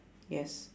yes